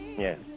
Yes